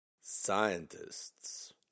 Scientists